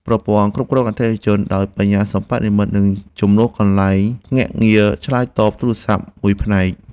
ប្រព័ន្ធគាំទ្រអតិថិជនដោយ បញ្ញាសិប្បនិម្មិត នឹងជំនួសកន្លែងភ្នាក់ងារឆ្លើយទូរសព្ទមួយផ្នែក។